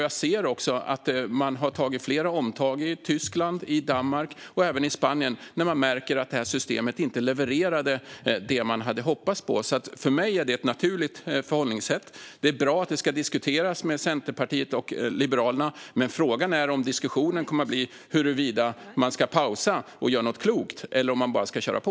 Jag har sett att man har tagit flera omtag i Tyskland, Danmark och även Spanien när man har märkt att systemet inte levererat det man hade hoppats på. För mig är detta ett naturligt förhållningssätt. Det är bra att det hela ska diskuteras med Centerpartiet och Liberalerna. Frågan är dock om diskussionen kommer att handla om huruvida man ska pausa och göra något klokt eller om man bara ska köra på.